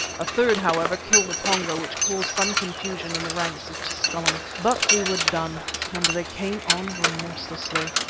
a third, however, killed a pongo, which caused some confusion in the ranks of tusculum. but we were done and they came on remorselessly.